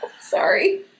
Sorry